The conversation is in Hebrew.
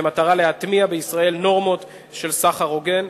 במטרה להטמיע בישראל נורמות של סחר הוגן.